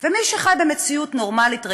ומי שחי במציאות נורמלית,